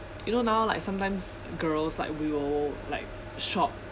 you know now like sometimes girls like we all like shop